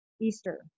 Easter